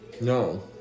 No